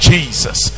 Jesus